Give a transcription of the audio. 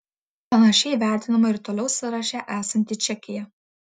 panašiai vertinama ir toliau sąraše esanti čekija